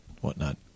whatnot